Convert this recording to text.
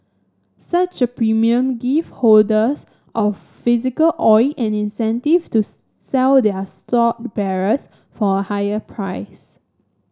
such a premium give holders of physical oil an incentive to sell their stored barrels for a higher price